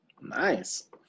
Nice